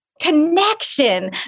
connection